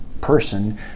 person